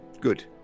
Good